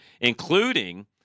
including